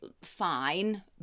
fine